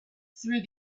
through